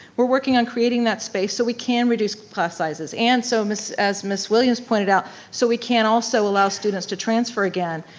we're working on creating that space so we can reduce class sizes and so as ms. williams' pointed out so we can also allow students to transfer again.